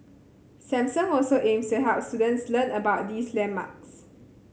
Samsung also aims to help students learn about these landmarks